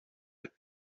had